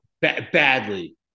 badly